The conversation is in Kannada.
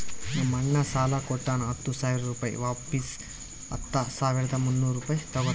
ನಮ್ ಅಣ್ಣಾ ಸಾಲಾ ಕೊಟ್ಟಾನ ಹತ್ತ ಸಾವಿರ ರುಪಾಯಿ ವಾಪಿಸ್ ಹತ್ತ ಸಾವಿರದ ಮುನ್ನೂರ್ ರುಪಾಯಿ ತಗೋತ್ತಾನ್